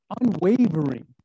unwavering